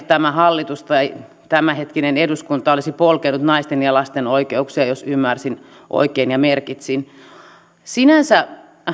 tämä hallitus tai tämänhetkinen eduskunta olisi polkenut naisten ja lasten oikeuksia jos ymmärsin ja merkitsin oikein sinänsä